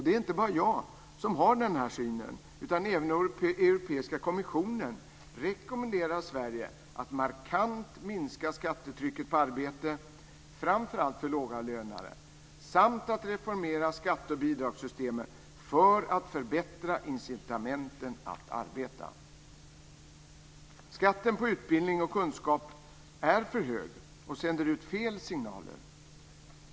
Det är inte bara jag som har denna syn utan även Europeiska kommissionen rekommenderar Sverige att markant minska skattetrycket på arbete, framför allt för lågavlönade, samt att reformera skatte och bidragssystemen för att förbättra incitamenten att arbeta. Skatten på utbildning och kunskap är för hög och sänder ut fel signaler.